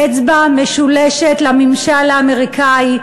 אצבע משולשת לממשל האמריקני,